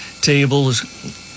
tables